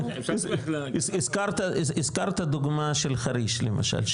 הזכרת את הדוגמה של חריש למשל,